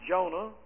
Jonah